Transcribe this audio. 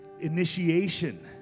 initiation